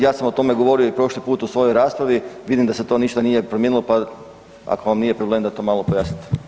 Ja sam o tome govorio i prošli put u svojoj raspravi, vidim da se to ništa nije promijenilo, pa ako vam nije problem da to malo pojasnite.